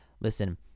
listen